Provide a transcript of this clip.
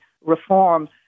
reform